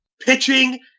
pitching –